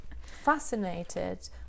fascinated